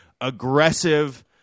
aggressive